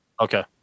Okay